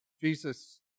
Jesus